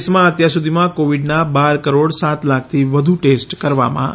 દેશમાં અત્યાર સુધીમાં કોવિડના બાર કરોડ સાત લાખથી વધુ ટેસ્ટ કરવામાં આવ્યા છે